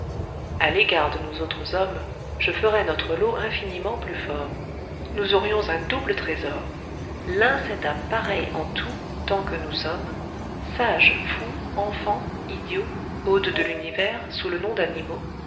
a l'égard de nous autres hommes je ferais notre lot infiniment plus fort nous aurions un double trésor l'un cette âme pareille en tous tant que nous sommes sages fous enfant idiots hôtes de l'univers sous le nom d'animaux